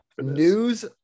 News